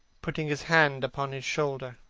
putting his hand upon his shoulder.